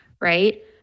right